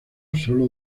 sólo